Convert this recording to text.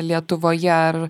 lietuvoje ar